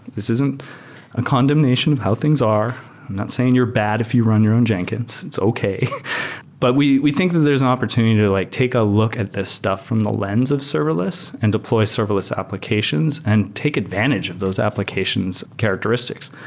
this isn't a condemnation of how things are. i'm not saying you're bad if you run your own jenkins. it's okay but we we think there's an opportunity to like take a look at this stuff from the lens of serverless and deploy serverless applications and take advantage of those application's characteristics.